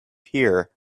here